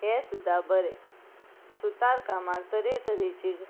हे सुद्दां बरें सुतार कामाक तरेतरेची